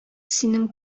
синең